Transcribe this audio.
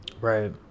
Right